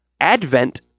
Advent